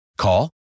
Call